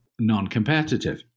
non-competitive